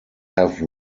have